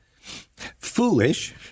foolish